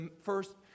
first